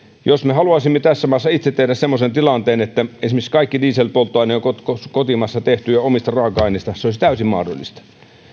jos me haluaisimme tässä maassa itse tehdä semmoisen tilanteen että esimerkiksi kaikki dieselpolttoaineet on kotimaassa tehty ja omista raaka aineista se olisi täysin mahdollista